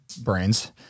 brains